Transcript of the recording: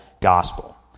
gospel